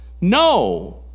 No